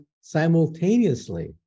simultaneously